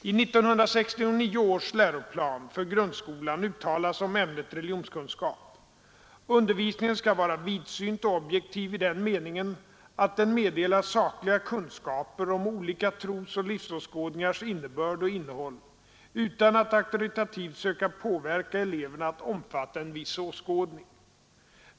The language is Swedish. I 1969 års läroplan för grundskolan uttalas om ämnet religionskunskap: Undervisningen skall vara vidsynt och objektiv i den meningen, att den meddelar sakliga kunskaper om olika trosoch livsåskådningars innebörd och innehåll utan att auktoritativt söka påverka eleverna att omfatta en viss åskådning.